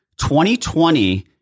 2020-